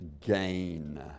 gain